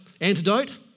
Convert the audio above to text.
antidote